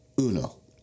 uno